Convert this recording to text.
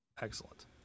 excellent